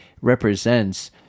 represents